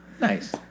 Nice